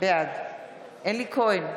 בעד אלי כהן,